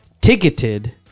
ticketed